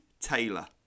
Taylor